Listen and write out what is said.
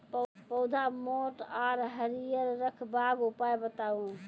पौधा मोट आर हरियर रखबाक उपाय बताऊ?